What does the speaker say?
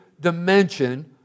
dimension